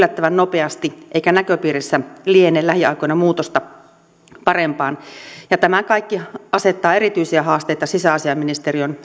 muuttui yllättävän nopeasti eikä näköpiirissä liene lähiaikoina muutosta parempaan tämä kaikki asettaa erityisiä haasteita sisäasiainministeriön